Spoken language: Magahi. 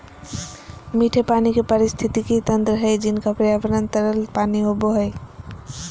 मीठे पानी के पारिस्थितिकी तंत्र हइ जिनका पर्यावरण तरल पानी होबो हइ